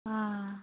आं